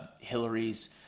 Hillary's